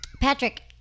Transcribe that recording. Patrick